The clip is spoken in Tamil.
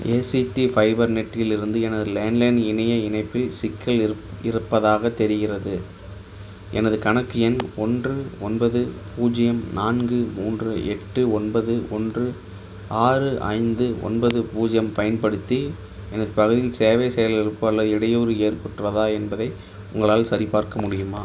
ஏசிடி ஃபைபர்நெட்டில் இருந்து எனது லேண்ட்லைன் இணைய இணைப்பில் சிக்கல் இருப் இருப்பதாகத் தெரிகின்றது எனது கணக்கு எண் ஒன்று ஒன்பது பூஜ்ஜியம் நான்கு மூன்று எட்டு ஒன்பது ஒன்று ஆறு ஐந்து ஒன்பது பூஜ்ஜியம் பயன்படுத்தி எனது பகுதியில் சேவை செயலிழப்பு அல்லது இடையூறு ஏற்பட்டுள்ளதா என்பதை உங்களால் சரிபார்க்க முடியுமா